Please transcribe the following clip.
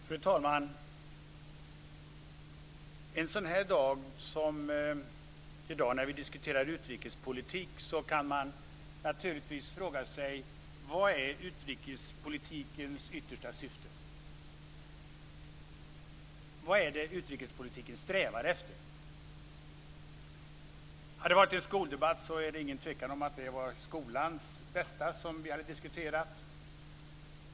Fru talman! En sådan här dag som i dag när vi diskuterar utrikespolitik kan man naturligtvis fråga sig: Vad är utrikespolitikens yttersta syfte? Vad är det utrikespolitiken strävar efter? Hade det varit en skoldebatt hade det inte varit någon tvekan om att det var skolans bästa som vi hade diskuterat.